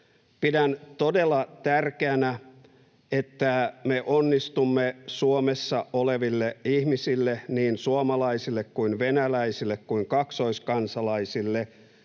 Pidän todella tärkeänä, että me onnistumme Suomessa oleville ihmisille, niin suomalaisille, venäläisille kuin kaksoiskansalaisille,